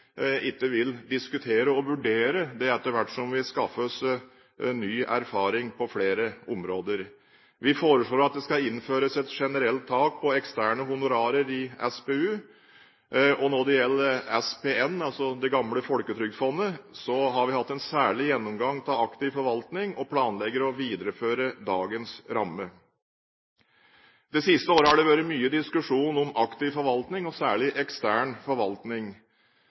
ikke vil diskutere og vurdere det etter hvert som vi skaffer oss ny erfaring på flere områder. Vi foreslår at det skal innføres et generelt tak på eksterne honorarer i SPU. Når det gjelder SPN, altså det gamle Folketrygdfondet, har vi hatt en særlig gjennomgang av aktiv forvaltning, og planlegger å videreføre dagens ramme. Det siste året har det vært mye diskusjon om aktiv forvaltning, og særlig ekstern forvaltning.